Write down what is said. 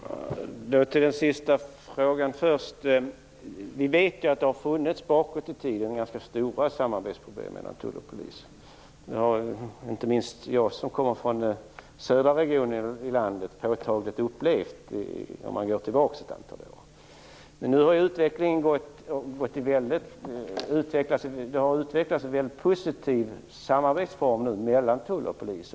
Herr talman! Låt mig ta den sista frågan först. Vi vet att det bakåt i tiden har funnits ganska stora samarbetsproblem mellan tull och polis. Det har jag, som kommer från den södra regionen i landet, påtagligt upplevt. Men nu har det utvecklats en väldigt positiv samarbetsform mellan tull och polis.